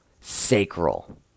Sacral